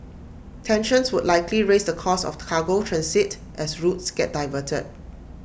tensions would likely raise the cost of cargo transit as routes get diverted